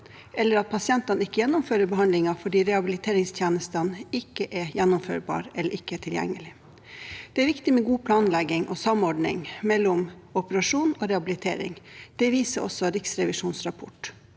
eller at pasientene ikke gjennomfører behandlingen fordi rehabiliteringstjenestene ikke er gjennomførbare eller tilgjengelige. Det er viktig med god planlegging og samordning mellom operasjon og rehabilitering. Det viser også Riksrevisjonens rapport.